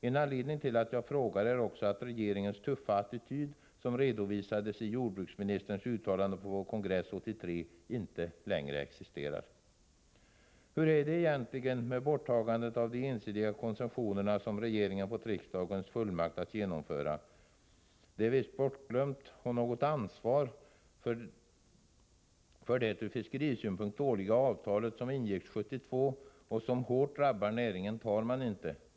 En anledning till att jag frågar är också att den tuffa attityd från regeringens sida som redovisades i jordbruksministerns uttalande på vår kongress 1983, inte längre existerar. Hur är det egentligen med borttagandet av de ensidiga koncessionerna, som regeringen fått riksdagens fullmakt att genomföra? Det är visst bortglömt, och något ansvar för det från fiskerisynpunkt dåliga avtal som ingicks 1972 och som hårt drabbat näringen tar man inte.